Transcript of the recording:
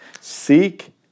Seek